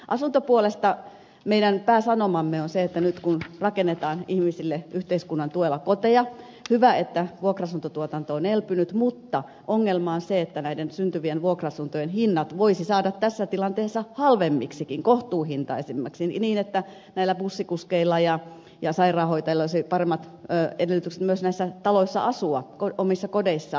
asuntopuolesta meidän pääsanomamme on se että nyt kun rakennetaan ihmisille yhteiskunnan tuella koteja niin on hyvä että vuokra asuntotuotanto on elpynyt mutta ongelma on se miten näiden syntyvien vuokra asuntojen hinnat voisi saada tässä tilanteessa halvemmiksikin kohtuullisiksi niin että bussikuskeilla ja sairaanhoitajilla olisi paremmat edellytykset myös näissä taloissa asua omissa kodeissaan